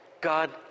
God